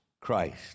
Christ